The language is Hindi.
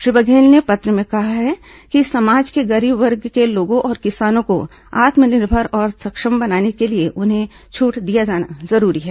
श्री बघेल ने पत्र में कहा है कि समाज के गरीब वर्ग के लोगों और किसानों को आत्मनिर्भर तथा सक्षम बनाने के लिए उन्हें छूट दिया जाना जरूरी है